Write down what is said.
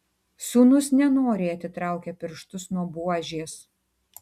sūnus nenoriai atitraukė pirštus nuo buožės